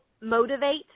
motivate